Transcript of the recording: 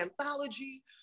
anthology